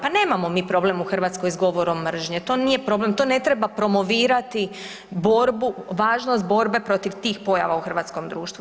Pa nemamo mi problem u Hrvatskoj s govorom mržnje, to nije problem, to ne treba promovirati, borbu, važnost borbe protiv tih pojava u hrvatskom društvu.